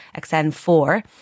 XN4